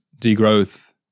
degrowth